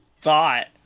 thought